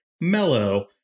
mellow